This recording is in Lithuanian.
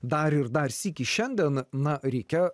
dar ir dar sykį šiandien na reikia